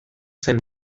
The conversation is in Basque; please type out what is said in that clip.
zen